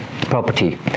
property